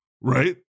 right